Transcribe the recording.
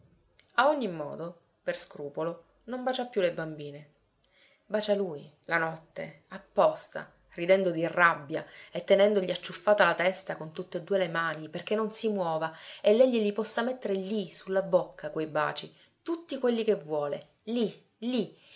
a ogni modo per scrupolo non bacia più le bambine bacia lui la notte apposta ridendo di rabbia e tenendogli acciuffata la testa con tutt'e due le mani perché non si muova e lei glieli possa mettere lì su la bocca quei baci tutti quelli che vuole lì lì